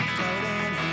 floating